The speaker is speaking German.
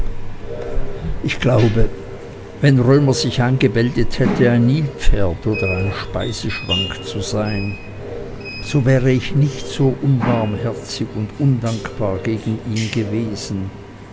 ich glaube wenn römer sich eingebildet hätte ein nilpferd oder ein speiseschrank zu sein so wäre ich nicht so unbarmherzig und undankbar gegen ihn gewesen